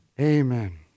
Amen